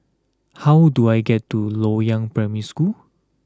how do I get to Loyang Primary School